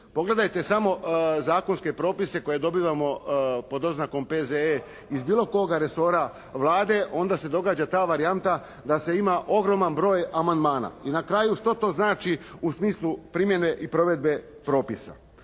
Pogledajte samo zakonske propise koje dobivamo pod oznakom P.Z.E. iz bilo kog resora Vlade. Onda se događa ta varijanta da se ima ogroman broj amandmana. I na kraju što to znači u smislu primjene i provedbe propisa.